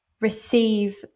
receive